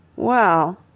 well.